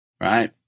right